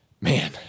Man